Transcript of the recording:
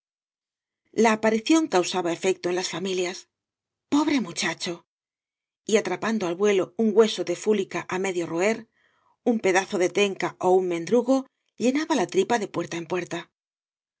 la aparición causaba efecto en las familias pobre muchacho y atrapando al vuelo un hueso de fúlica á medio roer un pedazo de tenca ó un mendrugo llenaba la tripa de puerta en puerta